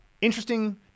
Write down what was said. interesting